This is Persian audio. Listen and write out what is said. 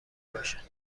باشد